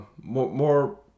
More